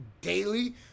daily